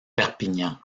perpignan